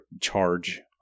charge